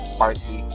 party